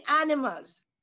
animals